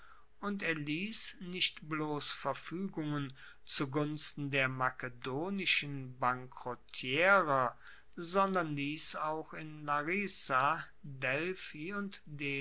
und erliess nicht bloss verfuegungen zu gunsten der makedonischen bankerottierer sondern liess auch in larisa delphi und